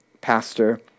Pastor